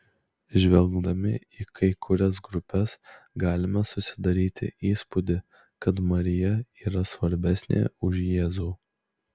žvelgdami į kai kurias grupes galime susidaryti įspūdį kad marija yra svarbesnė už jėzų